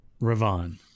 Ravon